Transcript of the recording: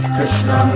Krishna